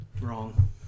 Wrong